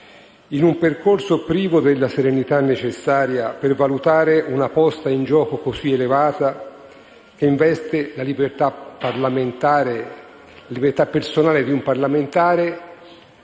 in un percorso privo della serenità necessaria per valutare una posta in gioco così elevata, che investe la libertà personale di un parlamentare